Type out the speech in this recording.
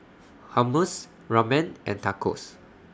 Hummus Ramen and Tacos